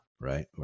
right